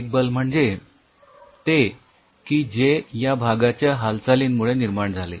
एक बल म्हणजे ते की जे या भागाच्या हालचालीमुळे निर्माण झाले